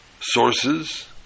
sources